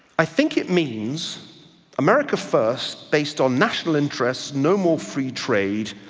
i think it means america first based on national interests, no more free trade,